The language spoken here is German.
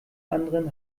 anderen